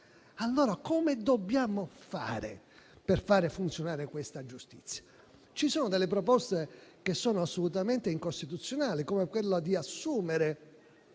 Come dobbiamo fare, allora, per far funzionare questa giustizia? Ci sono delle proposte che sono assolutamente incostituzionali, come quella di assumere